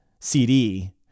CD